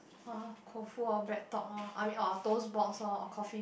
[huh] koufu or bread talk loh I mean orh toast box orh or coffee